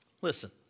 Listen